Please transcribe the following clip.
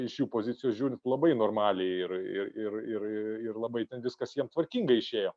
iš jų pozicijų žiūrint labai normaliai ir ir ir ir labai ten viskas jiems tvarkingai išėjo